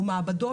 או מעבדות,